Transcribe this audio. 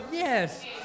Yes